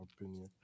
opinion